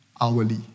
hourly